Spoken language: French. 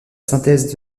synthèse